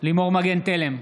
לימור מגן תלם,